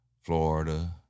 Florida